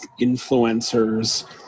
influencers